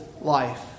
life